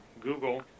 Google